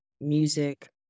music